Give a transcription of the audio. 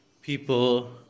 people